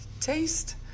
taste